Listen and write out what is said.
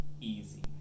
easy